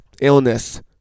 illness